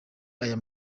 aya